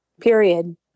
period